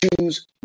choose